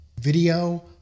video